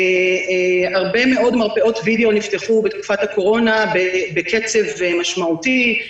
הרבה מאוד מרפאות וידיאו נפתחו בתקופת הקורונה בקצב משמעותי,